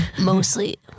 mostly